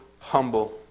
humble